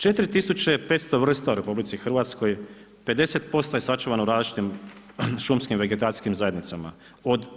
4500 vrsta u RH, 50% je sačuvano u različitim šumskim vegetacijskim zajednicama.